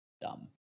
dumb